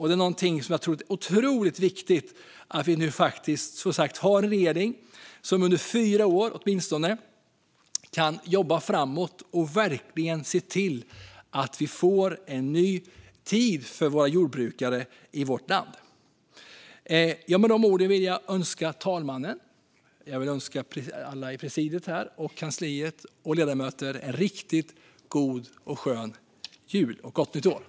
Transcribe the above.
Det är som sagt otroligt viktigt att vi nu har en regering som under åtminstone fyra år kan jobba framåt och verkligen se till att vi får en ny tid för våra jordbrukare i vårt land. Med de orden vill jag önska talmannen, alla i presidiet och kansliet och alla ledamöter en riktigt god och skön jul och ett gott nytt år.